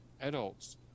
adults